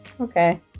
Okay